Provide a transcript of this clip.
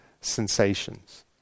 sensations